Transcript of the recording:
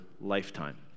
lifetime